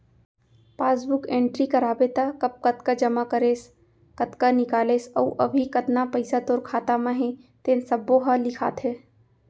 passbook entry कराबे त कब कतका जमा करेस, कतका निकालेस अउ अभी कतना पइसा तोर खाता म हे तेन सब्बो ह लिखाथे